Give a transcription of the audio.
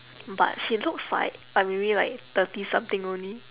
but she looks like like maybe like thirty something only